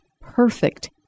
perfect